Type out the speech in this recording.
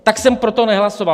Tak jsem pro to nehlasoval.